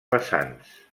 vessants